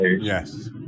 Yes